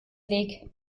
weg